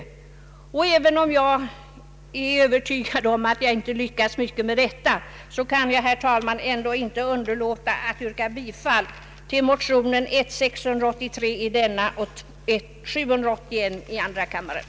även om jag är övertygad om att jag inte lyckas kan jag, herr talman, inte underlåta att yrka bifall till motionerna I1:683 och II: 781.